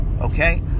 okay